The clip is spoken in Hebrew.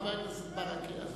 חבר הכנסת ברכה?